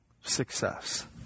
success